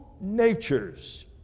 natures